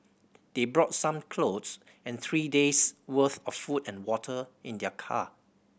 they brought some clothes and three days worth of food and water in their car